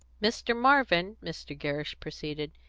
mr. marvin, mr. gerrish proceeded,